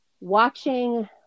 watching